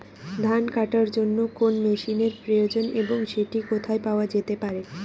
ধান কাটার জন্য কোন মেশিনের প্রয়োজন এবং সেটি কোথায় পাওয়া যেতে পারে?